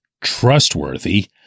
trustworthy